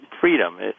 Freedom